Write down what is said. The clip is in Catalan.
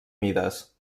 mides